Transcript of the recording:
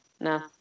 No